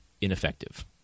ineffective